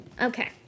okay